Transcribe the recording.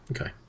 Okay